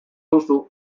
duzu